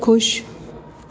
खु़ुशि